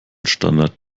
standard